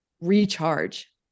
recharge